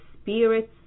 spirits